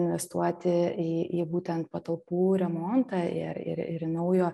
investuoti į į būtent patalpų remontą ir ir ir į naujo